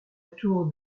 tour